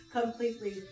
completely